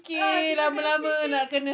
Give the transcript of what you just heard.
ah kita kena fikir